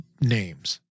names